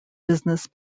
business